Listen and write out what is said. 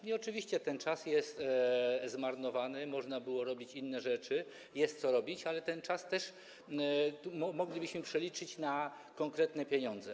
I oczywiście ten czas jest zmarnowany, można było robić inne rzeczy, bo jest co robić, ale ten czas moglibyśmy też przeliczyć na konkretne pieniądze.